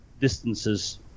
distances